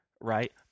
right